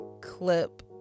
clip